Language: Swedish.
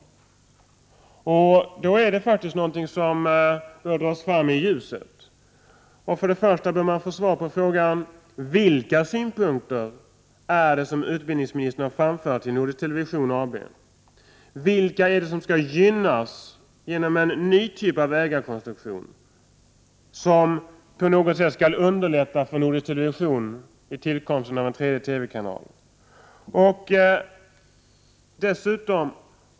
Det är faktiskt någonting som bör dras fram i ljuset. Först och främst bör man få svar på frågan: Vilka synpunkter är det som utbildningsministern har framfört till Nordisk Television AB? Vilka är det som skall gynnas genom en ny typ av ägarkonstruktion, som på något sätt skall underlätta för Nordisk Television vid tillkomsten av en tredje TV kanal?